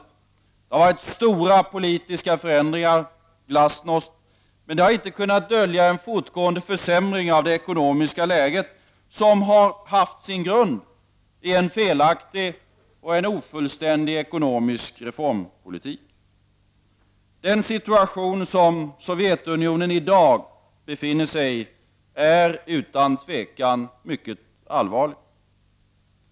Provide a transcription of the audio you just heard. Det har varit stora politiska förändringar och glasnost, men det har inte kunnat dölja en fortgående försämring av det ekonomiska läget, vars grund bl.a. varit en felaktig och ofullständig ekonomisk reformpolitik. Den situation som Sovjetunionen i dag befinner sig i är utan tvivel mycket allvarlig.